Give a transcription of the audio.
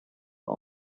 are